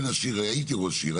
הייתי ראש עיר,